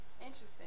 Interesting